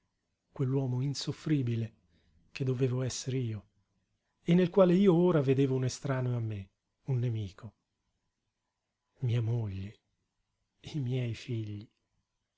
potevo tollerare quell'uomo insoffribile che dovevo esser io e nel quale io ora vedevo un estraneo a me un nemico mia moglie i miei figli